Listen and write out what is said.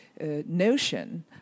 Notion